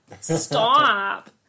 Stop